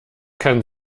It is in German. kann